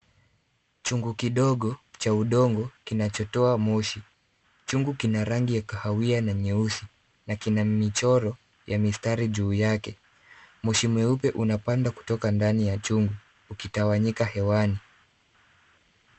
Chungu kidogo cha udongo kinachotoa moshi. Chungu kina rangi ya kahawia na nyeusi na kina michoro ya mistari juu yake. Moshi mweupe unapanda kutoka ndani ya chungu ukitawanyika hewani.